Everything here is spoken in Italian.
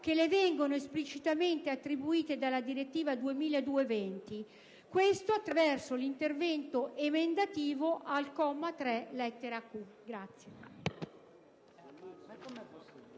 che le vengono esplicitamente attribuite dalla direttiva 2002/20/CE, e questo attraverso l'intervento emendativo al comma 3, lettera *q)*.